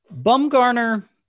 Bumgarner